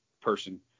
person